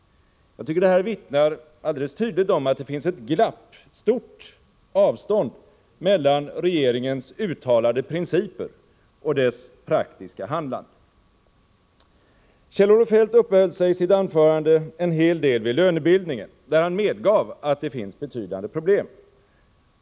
Jag tycker att detta alldeles tydligt vittnar om att det finns ett stort avstånd mellan regeringens uttalade principer och dess praktiska handlande. Kjell-Olof Feldt uppehöll sig i sitt anförande en hel del vid lönebildningen, där han medgav att det finns betydande problem.